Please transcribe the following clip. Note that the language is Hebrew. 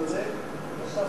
הקודם שאמרתי, והוספתי: